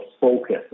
focus